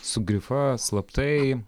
su grifa slaptai